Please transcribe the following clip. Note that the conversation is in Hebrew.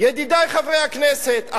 ידידי חברי הכנסת,